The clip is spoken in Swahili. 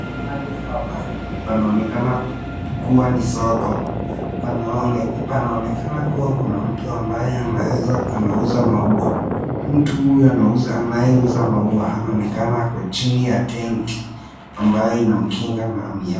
Mahali hapa panaonekana kuwa ni soko. Panaonekana kuwa kuna mtu ambaye anaeza anauza maua. Mtu huyu anauza anayeuza maua anaonekana kama ako chini ya tenti ambaye inamkinga na mia.